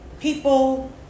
people